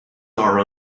are